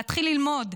להתחיל ללמוד.